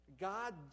God